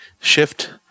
shift